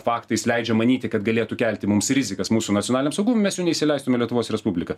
faktais leidžia manyti kad galėtų kelti mums rizikas mūsų nacionaliniam saugumui mes jų neįsileistume į lietuvos respubliką